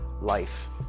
life